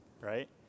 right